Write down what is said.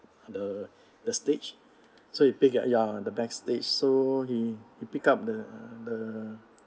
the the stage so you pick up ya the backstage so he he pick up the the